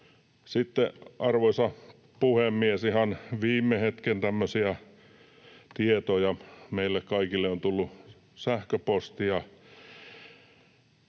Sitten, arvoisa puhemies, ihan tämmöisiä viime hetken tietoja — meille kaikille on tullut sähköpostia: